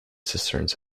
cisterns